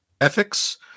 ethics